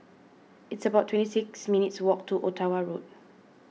it's about twenty six minutes' walk to Ottawa Road